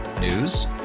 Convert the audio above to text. News